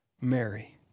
Mary